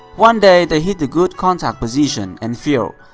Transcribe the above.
one day, they hit the good contact position, and feel,